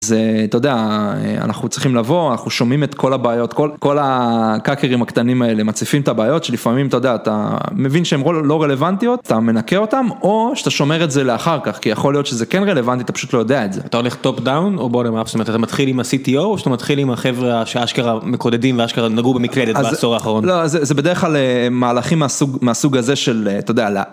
זה אתה יודע אנחנו צריכים לבוא אנחנו שומעים את כל הבעיות כל הקאקרים הקטנים האלה מציפים את הבעיות שלפעמים אתה יודע אתה מבין שהן לא רלוונטיות, אתה מנקה אותן או שאתה שומר את זה לאחר כך כי יכול להיות שזה כן רלוונטי אתה פשוט לא יודע את זה. אתה הולך טופ דאון או בוטום אפ? זאת אומרת אתה מתחיל עם ה-CTO או אתה מתחיל עם החברה שהאשכרה מקודדים ואשכרה נגעו במקלדת בעצור האחרון. לא זה בדרך כלל מהלכים מהסוג הזה של אתה יודע.